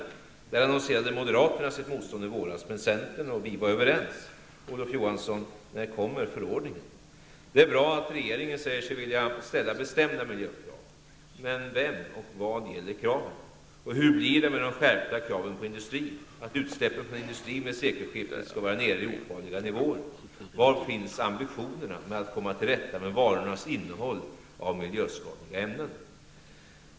I den frågan annonserade moderaterna sitt motstånd i våras, men centern och vi var överens. Olof Johansson, när kommer förordningen? Det är bra att regeringen säger sig vilja ställa bestämda miljökrav. Men vem och vad gäller kraven? Hur blir det med skärpningen av kraven på industrin, att utsläppen från industrin vid sekelskiftet skall vara nere i ofarliga nivåer? Var finns ambitionerna att komma till rätta med varornas innehåll av miljöskadliga ämnen?